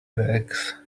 bags